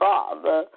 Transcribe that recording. Father